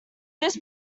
this